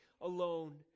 alone